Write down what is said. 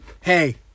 hey